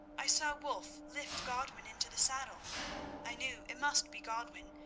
i saw wulf lift godwin into the saddle i knew it must be godwin,